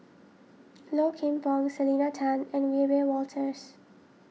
Low Kim Pong Selena Tan and Wiebe Wolters